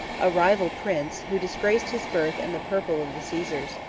a rival prince, who disgraced his birth and the purple of the caesars.